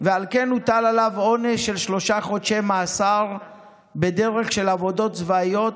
ועל כן הוטל עליו עונש של שלושה חודשי מאסר בדרך של עבודות צבאיות